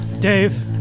Dave